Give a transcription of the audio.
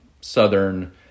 Southern